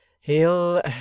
He'll